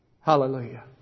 Hallelujah